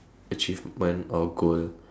achievement or goal